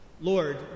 Lord